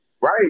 Right